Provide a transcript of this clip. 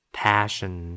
passion